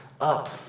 up